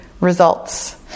results